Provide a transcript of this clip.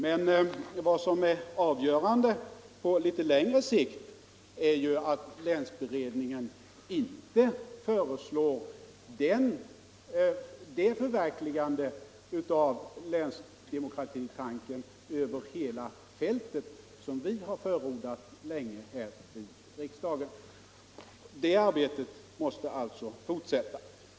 Men vad som är avgörande på litet längre sikt är ju att länsberedningen inte föreslår det förverkligande av länsdemokratitanken över hela fältet som vi länge har förordat här i riksdagen. Det arbetet måste alltså fortsätta.